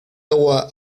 agua